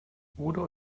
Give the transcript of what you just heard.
udo